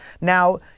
Now